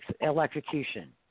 electrocution